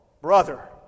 brother